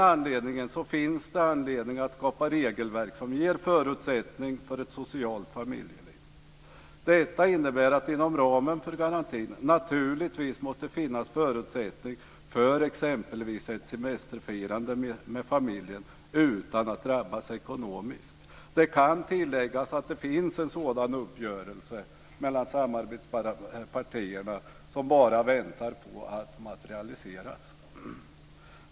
Därför finns det anledning att skapa regelverk som ger förutsättningar för ett socialt familjeliv. Detta innebär att det inom ramen för garantin naturligtvis måste finnas förutsättningar för exempelvis semesterfirande med familjen, utan att man drabbas ekonomiskt. Det kan tilläggas att det mellan samarbetspartierna finns en sådan uppgörelse som bara väntar på att bli materialiserad.